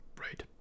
Right